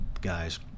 guys